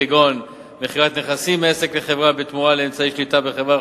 כגון מכירת נכסים מעסק לחברה בתמורה לאמצעי שליטה בחברה,